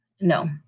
No